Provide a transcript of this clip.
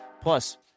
Plus